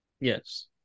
Yes